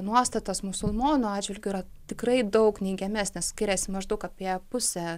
nuostatos musulmonų atžvilgiu yra tikrai daug neigiamesnės skiriasi maždaug apie pusę